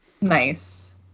nice